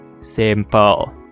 Simple